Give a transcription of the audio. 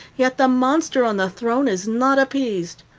yet the monster on the throne is not appeased.